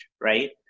right